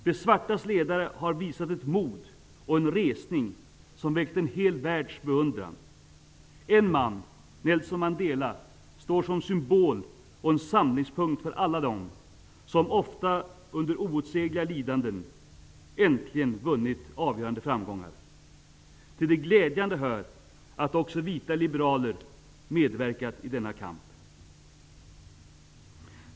De svartas ledare har visat ett mod och en resning som väckt en hel världs beundran. En man -- Nelson Mandela -- står som symbol och en samlingspunkt för alla dem som ofta under outsägliga lidanden äntligen vunnit avgörande framgångar. Till det glädjande hör att också vita liberaler medverkat i denna kamp.